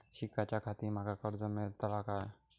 शिकाच्याखाती माका कर्ज मेलतळा काय?